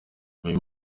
uyu